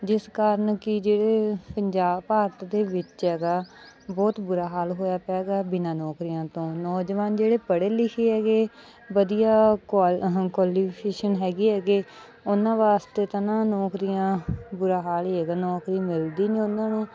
ਜਿਸ ਕਾਰਨ ਕਿ ਜਿਹੜੇ ਪੰਜਾਬ ਭਾਰਤ ਦੇ ਵਿੱਚ ਹੈਗਾ ਬਹੁਤ ਬੁਰਾ ਹਾਲ ਹੋਇਆ ਪਿਆ ਹੈਗਾ ਬਿਨਾਂ ਨੌਕਰੀਆਂ ਤੋਂ ਨੌਜਵਾਨ ਜਿਹੜੇ ਪੜ੍ਹੇ ਲਿਖੇ ਹੈਗੇ ਵਧੀਆ ਕੁਆ ਕੁਆਲੀਫਿਕੇਸ਼ਨ ਹੈਗੀ ਹੈਗੇ ਉਹਨਾਂ ਵਾਸਤੇ ਤਾਂ ਨਾ ਨੌਕਰੀਆਂ ਬੁਰਾ ਹਾਲ ਹੀ ਹੈਗਾ ਨੌਕਰੀ ਮਿਲਦੀ ਨਹੀਂ ਉਹਨਾਂ ਨੂੰ